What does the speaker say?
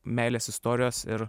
meilės istorijos ir